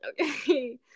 okay